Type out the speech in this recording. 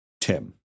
Tim